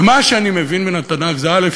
מה שאני מבין מן התנ"ך זה א.